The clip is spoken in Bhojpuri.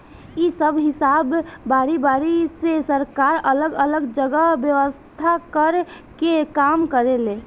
इ सब हिसाब बारी बारी से सरकार अलग अलग जगह व्यवस्था कर के काम करेले